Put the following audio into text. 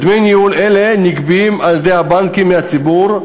דמי ניהול אלה נגבים על-ידי הבנקים מהציבור,